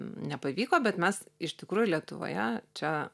nepavyko bet mes iš tikrųjų lietuvoje čia